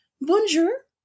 Bonjour